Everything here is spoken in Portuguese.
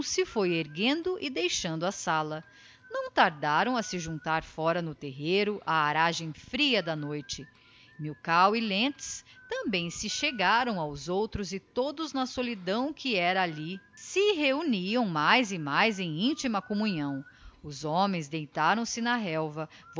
foi erguendo e deixando a sala não tardaram a se juntar fora no terreiro á aragem fria da noite milkau e lentz também se chegaram aos outros e todos na solidão que era alli se reuniam mais e mais em intima communhão os homens deitaram se na relva